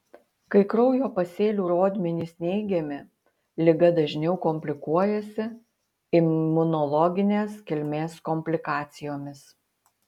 kai kraujo pasėlių rodmenys neigiami liga dažniau komplikuojasi imunologinės kilmės komplikacijomis